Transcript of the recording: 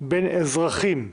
בין אזרחים --- לא,